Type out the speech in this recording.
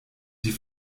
die